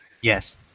Yes